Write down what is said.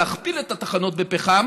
להכפיל את התחנות בפחם